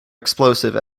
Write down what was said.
explosive